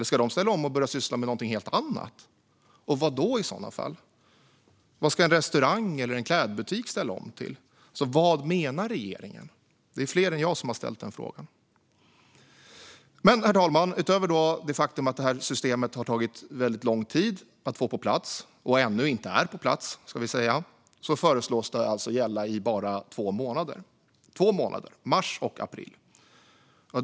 Ska de ställa om och börja syssla med något helt annat? Vad, i så fall? Vad ska en restaurang eller en klädbutik ställa om till? Vad menar regeringen? Det är fler än jag som har ställt den frågan. Men, herr talman, utöver det faktum att det har tagit väldigt lång tid att få det här systemet på plats - det är ännu inte på plats - föreslås det alltså gälla bara två månader, mars och april.